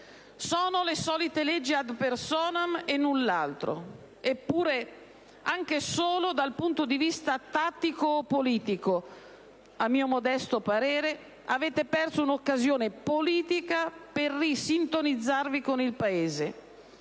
Sono le solite leggi *ad personam*, e null'altro. Eppure, anche solo da un punto di vista tattico o politico, a mio modesto parere avete perso un'occasione politica per risintonizzarvi con il Paese: